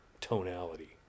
tonality